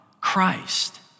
Christ